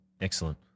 Excellent